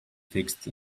fixed